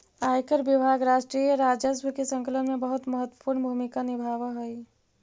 आयकर विभाग राष्ट्रीय राजस्व के संकलन में महत्वपूर्ण भूमिका निभावऽ हई